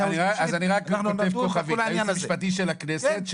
כותב כוכבית ליועץ המשפטי של הכנסת,